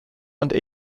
und